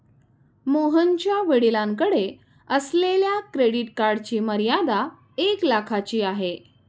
मोहनच्या वडिलांकडे असलेल्या क्रेडिट कार्डची मर्यादा एक लाखाची आहे